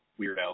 weirdo